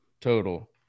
total